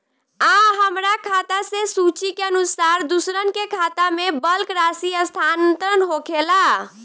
आ हमरा खाता से सूची के अनुसार दूसरन के खाता में बल्क राशि स्थानान्तर होखेला?